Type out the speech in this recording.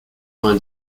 vingt